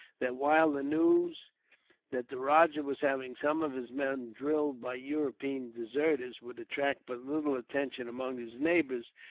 that while the news that the rajah was having some of his men drilled by european deserters would attract but little attention among his neighbours,